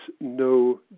no